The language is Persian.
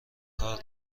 کار